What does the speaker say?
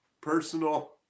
personal